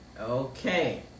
Okay